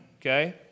okay